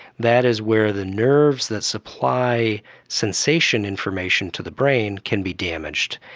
that is where the nerves that supply sensation information to the brain can be damaged,